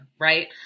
right